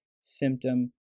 symptom